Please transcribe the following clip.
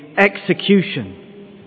execution